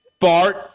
Bart